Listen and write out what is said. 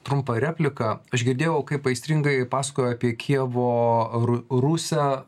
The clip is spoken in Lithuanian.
trumpą repliką aš girdėjau kaip aistringai pasakojo apie kijevo ru rusią